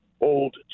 old